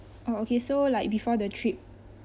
oh okay so like before the trip